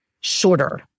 shorter